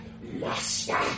master